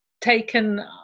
taken